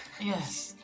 Yes